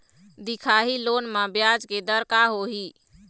दिखाही लोन म ब्याज के दर का होही?